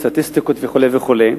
סטטיסטיקות וכו' וכו',